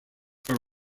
are